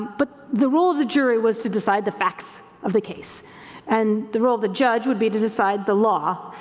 but the role of the jury was to decide the facts of the case and the role the judge would be to decide the law,